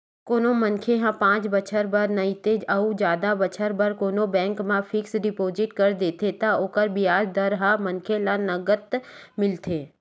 कोनो मनखे ह पाँच बछर बर नइते अउ जादा बछर बर कोनो बेंक म फिक्स डिपोजिट कर देथे त ओकर बियाज दर ह मनखे ल नँगत मिलथे